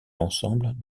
l’ensemble